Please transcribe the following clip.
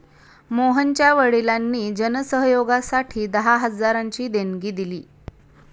मोहनच्या वडिलांनी जन सहयोगासाठी दहा हजारांची देणगी दिली